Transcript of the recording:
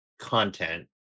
content